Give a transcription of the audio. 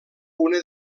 una